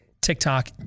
TikTok